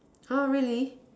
!huh! really